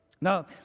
Now